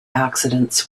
accidents